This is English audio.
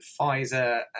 Pfizer